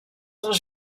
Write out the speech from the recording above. dels